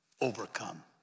overcome